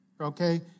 Okay